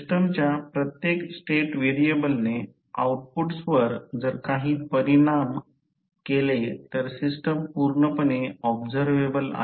सिस्टमच्या प्रत्येक स्टेट व्हेरिएबलने आऊटपुट्सवर जर काही परिणाम केला तर सिस्टम पूर्णपणे ऑब्झरवेबल आहे